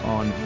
...on